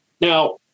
Now